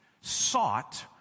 sought